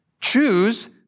choose